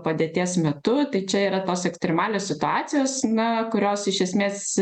padėties metu tai čia yra tos ekstremalios situacijos na kurios iš esmės